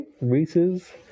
Reese's